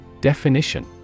Definition